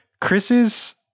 Chris's